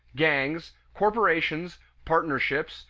gangs, corporations, partnerships,